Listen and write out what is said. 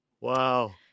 Wow